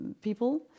people